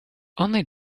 only